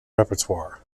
repertoire